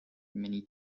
many